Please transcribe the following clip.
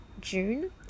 June